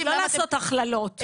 לא לעשות הכללות.